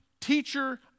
teacher